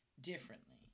differently